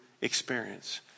experience